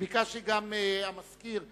וביקשתי גם מהמזכיר לברר,